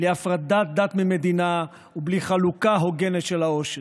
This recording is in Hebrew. בלי הפרדת דת ממדינה ובלי חלוקה הוגנת של העושר.